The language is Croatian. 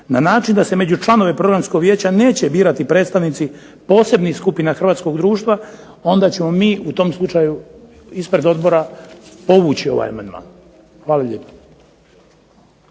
na način da se među članove programskog vijeća neće birati predstavnici posebnih skupina hrvatskog društva, onda ćemo mi u tom slučaju ispred odbora povući ovaj amandman. Hvala lijepo.